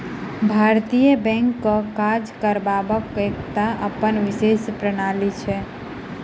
भारतीय बैंकक काज करबाक एकटा अपन विशेष प्रणाली छै